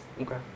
Okay